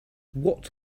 what